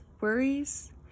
worries